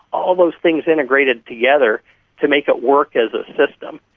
all those things integrated together to make it work as a system.